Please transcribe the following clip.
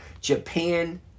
Japan